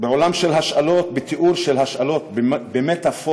בעולם של השאלות, בתיאור של השאלות, במטפוריות,